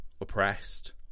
oppressed